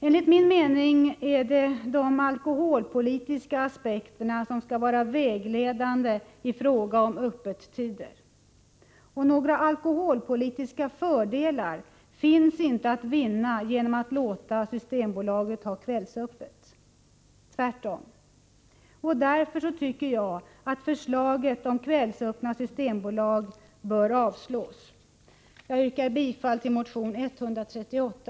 Enligt min mening skall de alkoholpolitiska aspekterna vara vägledande i fråga om öppettiderna. Några alkoholpolitiska fördelar finns inte att vinna genom att låta Systembolaget ha kvällsöppet — tvärtom. Därför tycker jag att förslaget om kvällsöppna systembutiker bör avslås. Herr talman! Jag yrkar bifall till motion 138.